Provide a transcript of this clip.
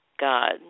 God